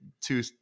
two